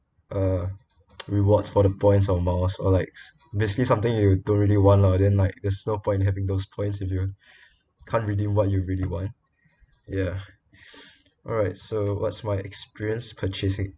uh rewards for the points on miles or likes basically something you don't really want lah then like there's no point having those points if you can't redeem what you really want ya alright so what's my experience purchasing